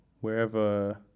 wherever